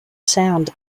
sound